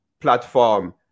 platform